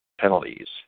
Penalties